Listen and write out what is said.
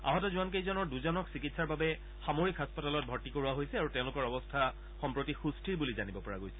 আহত জোৱান কেইজনৰ দুজনক চিকিৎসাৰ বাবে সামৰিক হাস্পতালত ভৰ্তি কৰোৱা হৈছে আৰু তেওঁলোকৰ অৱস্থা সম্প্ৰতি সুস্থিৰ বুলি জানিব পৰা গৈছে